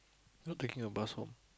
not taking a bus hop